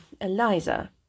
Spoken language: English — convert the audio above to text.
Eliza